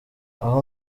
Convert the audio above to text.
aha